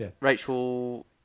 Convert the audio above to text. Rachel